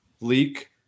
leak